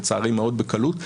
לצערי מאוד בקלות,